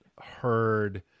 heard